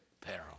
peril